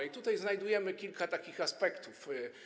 I tutaj znajdujemy kilka takich aspektów.